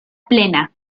plena